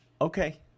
okay